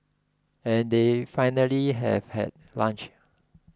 and then finally have had lunch